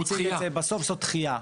בסוף מדובר בדחייה.